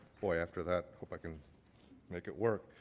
boy. after that, hope i can make it work.